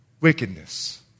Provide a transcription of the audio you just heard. Wickedness